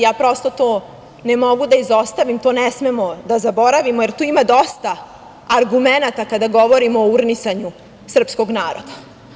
Ja prosto to ne mogu da izostavim, to ne smemo da zaboravimo, jer tu ima dosta argumenata kada govorimo o urnisanju srpskog naroda.